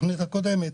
התכנית הקודמת,